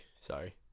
sorry